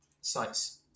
sites